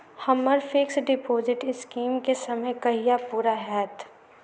हम्मर fix deposit scheme केँ समय कहिया पूरा हैत?